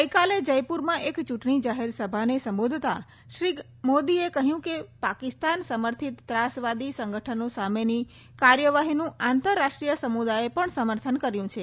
ગઈકાલે જયપુરમાં એક ચૂંટણી જાહેરસભાને સંબોધતાં શ્રી મોદીએ કહ્યું કે પાકિસ્તાન સમર્થીત ત્રાસવાદી સંગઠનો સામેની કાર્યવાહીનું આંતરરાષ્ટ્રીય સમુદાયે પણ સમર્થન કર્યું છે